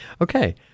Okay